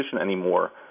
anymore